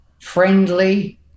Friendly